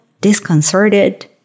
disconcerted